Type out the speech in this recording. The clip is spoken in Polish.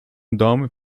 dom